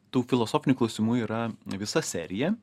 tų filosofinių klausimų yra visa serija